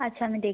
আচ্ছা আমি দেখছি